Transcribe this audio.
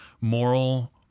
moral